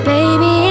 Baby